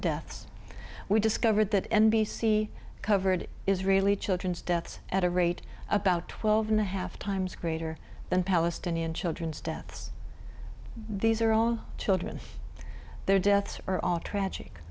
deaths we discovered that n b c covered israeli children's deaths at a rate about twelve and a half times greater than palestinian children's deaths these are all children their deaths are all tragic